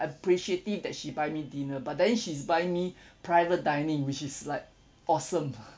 appreciative that she buy me dinner but then she's buying me private dining which is like awesome